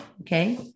Okay